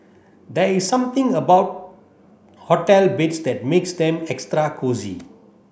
there is something about hotel beds that makes them extra cosy